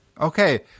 Okay